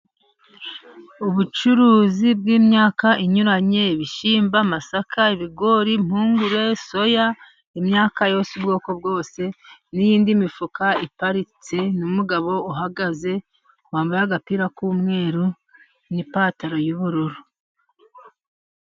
Ubucuruzi bw'imyaka inyuranye ibishyimbo, amasaka ibigori ,mpungure ,soya ,imyaka yose ubwoko bwose n'yinindi mifuka iparitse n, umugabo uhagaze wambaye agapira k'umweru n'ipantaro y'ubururu.